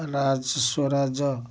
ରାଜସ୍ୱରାଜ